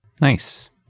Nice